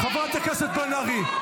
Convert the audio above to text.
לא, לא.